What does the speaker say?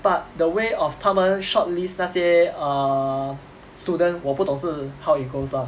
but the way of 他们 shortlist 那些 err student 我不懂是 how it goes lah